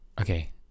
Okay